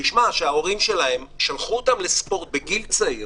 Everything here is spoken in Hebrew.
שההורים שלהם שלחו אותם לספורט בגיל צעיר